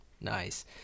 Nice